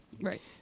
Right